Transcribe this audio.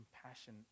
compassion